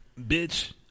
Bitch